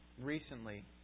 recently